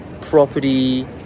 property